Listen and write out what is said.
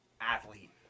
athlete